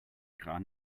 kran